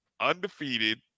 undefeated